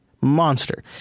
Monster